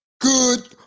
good